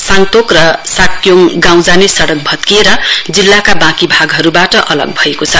साङतोक र साग्योङ गाउँ जाने सडक भत्किएर जिल्लाका बाकी भागहरुबाट अलग भएको छ